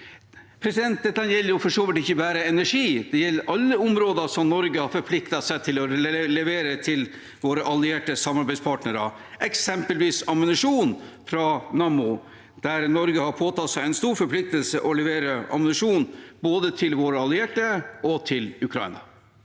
Dette gjelder for så vidt ikke bare energi, det gjelder alle områder der Norge har forpliktet seg til å levere til våre allierte samarbeidspartnere – eksempelvis ammunisjon fra Nammo, der Norge har påtatt seg en stor forpliktelse med å levere ammunisjon både til våre allierte og til Ukraina.